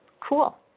Cool